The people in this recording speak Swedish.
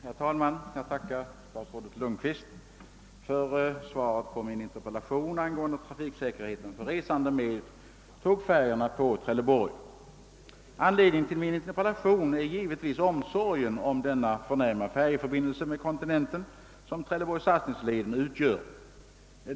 Herr talman! Jag tackar statsrådet Lundkvist för svaret på min interpellation angående trafiksäkerheten för resande med tågfärjorna på leden Trelleborg—Sassnitz. Anledningen till min interpellation är givetvis omsorgen om den förnämliga färjeförbindelse med kontinenten som Trelleborg—Sassnitz-leden utgör.